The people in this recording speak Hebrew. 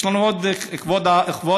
יש לנו עוד, כבוד השר,